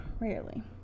Rarely